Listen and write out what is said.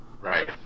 Right